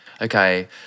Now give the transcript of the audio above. okay